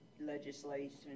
legislation